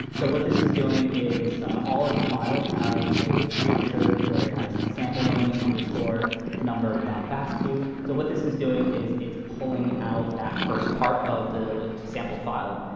so what this is doing is all of the files have a structure, where it has sample name underscore number dot fastq. so what this is doing is it's pulling out that first part of the sample file.